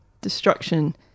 destruction